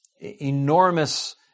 enormous